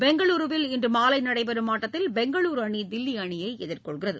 பெங்களூருவில் இன்று மாலை நடைபெறும் ஆட்டத்தில் பெங்களூரு அணி தில்லி அணியை எதிர்கொள்கிறது